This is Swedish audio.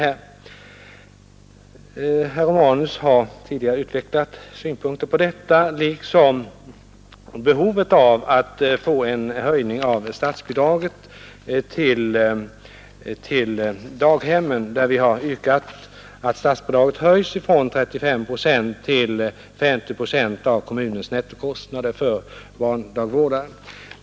Herr Romanus har tidigare utvecklat synpunkter på detta liksom på behovet av att få en höjning av statsbidraget till daghemmen. Vi har ju yrkat att statsbidraget höjs från 35 procent till 50 procent av kommunens nettokostnad för barndagvården.